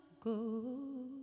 go